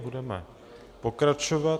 Budeme pokračovat.